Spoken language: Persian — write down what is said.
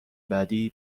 بعدی